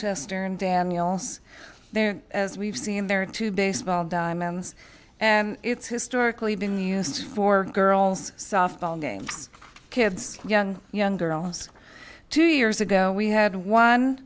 daniels there as we've seen there are two baseball diamonds and it's historically been used for girls softball games kids young young girls two years ago we had one